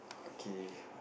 okay